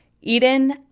Eden